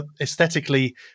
aesthetically